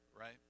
right